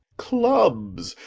clubs,